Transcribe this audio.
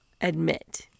admit